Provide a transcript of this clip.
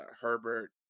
Herbert